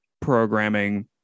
programming